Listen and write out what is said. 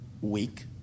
week